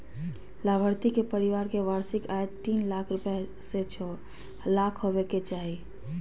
लाभार्थी के परिवार के वार्षिक आय तीन लाख रूपया से छो लाख होबय के चाही